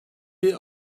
bir